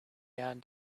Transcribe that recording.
end